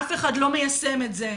אף אחד לא מיישם את זה.